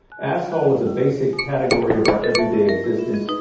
asshole is a basic category of our every day existence,